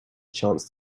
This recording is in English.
chance